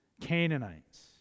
Canaanites